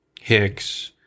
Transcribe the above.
Hicks